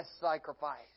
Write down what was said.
sacrifice